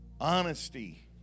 honesty